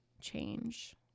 change